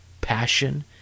passion